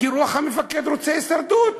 כי רוח המפקד רוצה הישרדות.